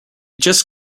just